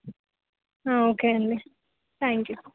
ఒకే అండి thank you